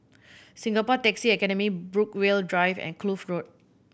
Singapore Taxi Academy Brookvale Drive and Kloof Road